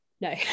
no